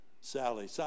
Sally